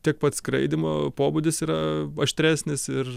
tiek pats skraidymo pobūdis yra aštresnis ir